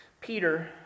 Peter